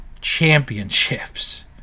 championships